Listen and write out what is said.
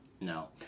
No